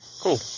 Cool